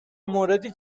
موردی